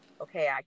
okay